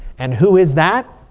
and who is that?